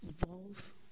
evolve